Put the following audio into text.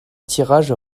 tirages